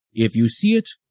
if you see it,